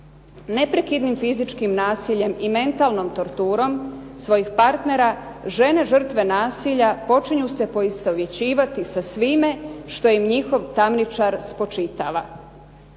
Neprekidnim fizičkim nasiljem i mentalnom torturom svojih partnera žene žrtve nasilja počinju se poistovjećivati sa svime što im njihov tamničar spočitava.